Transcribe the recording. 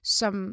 som